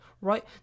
right